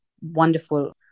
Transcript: wonderful